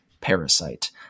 Parasite